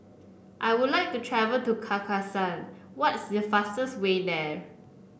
I would like to travel to Kazakhstan what is the fastest way there